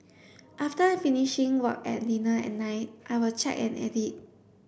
after finishing work and dinner at night I will check and edit